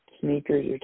sneakers